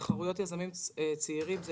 תחרויות יזמים צעירים זה